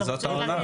זאת העונה.